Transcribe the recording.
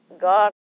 God